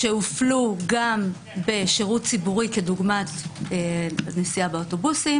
שהופלו גם בשירות ציבורי כדוגמת נסיעה באוטובוסים